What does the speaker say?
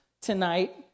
tonight